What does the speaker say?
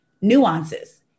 nuances